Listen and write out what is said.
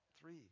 three